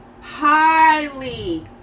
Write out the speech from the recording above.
highly